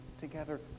together